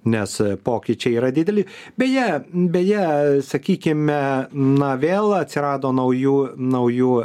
nes pokyčiai yra dideli beje beje sakykime na vėl atsirado naujų naujų